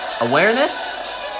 Awareness